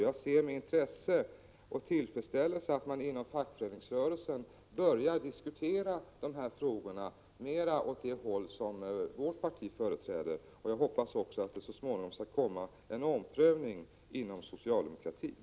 Jag ser med intresse och tillfredsställelse att man inom fackföreningsrörelsen börjar diskutera de här frågorna mera på vårt sätt. Jag hoppas också att det skall bli en omprövning inom socialdemokratin.